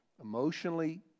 emotionally